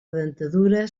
dentadura